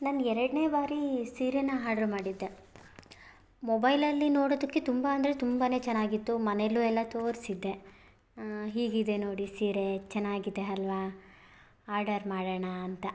ನಾನು ಎರಡನೆ ಬಾರಿ ಸೀರೇನ ಹಾಡ್ರ್ ಮಾಡಿದ್ದೆ ಮೊಬೈಲಲ್ಲಿ ನೋಡೋದಕ್ಕೆ ತುಂಬ ಅಂದರೆ ತುಂಬ ಚೆನ್ನಾಗಿತ್ತು ಮನೇಲು ಎಲ್ಲ ತೋರಿಸಿದ್ದೆ ಹೀಗಿದೆ ನೋಡಿ ಸೀರೆ ಚೆನ್ನಾಗಿದೆ ಅಲ್ವಾ ಆರ್ಡರ್ ಮಾಡೋಣ ಅಂತ